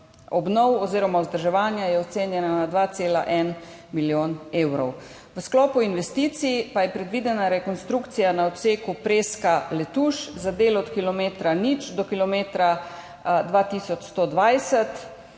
obnov oziroma vzdrževanja je ocenjena na 2,1 milijona evrov. V sklopu investicij pa je predvidena rekonstrukcija na odseku Preska-Letuš za delo od kilometra 0 do kilometra 2